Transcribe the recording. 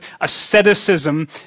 asceticism